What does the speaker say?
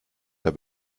der